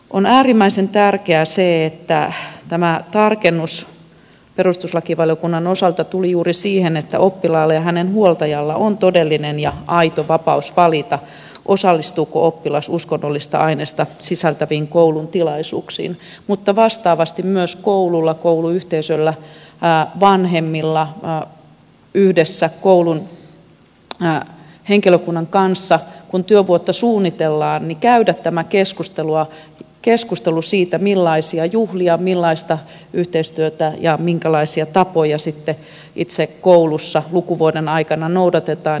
on äärimmäisen tärkeää se että tämä tarkennus perustuslakivaliokunnan osalta tuli juuri siihen että oppilaalla ja hänen huoltajallaan on todellinen ja aito vapaus valita osallistuuko oppilas uskonnollista ainesta sisältäviin koulun tilaisuuksiin mutta vastaavasti myös koululla kouluyhteisöllä vanhemmilla yhdessä koulun henkilökunnan kanssa kun työvuotta suunnitellaan käydä tämä keskustelu siitä millaisia juhlia millaista yhteistyötä ja minkälaisia tapoja sitten itse koulussa lukuvuoden aikana noudatetaan